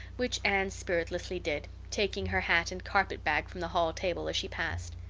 which anne spiritlessly did, taking her hat and carpet-bag from the hall table as she passed.